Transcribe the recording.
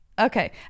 Okay